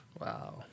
Wow